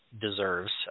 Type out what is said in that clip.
deserves